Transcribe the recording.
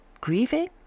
grieving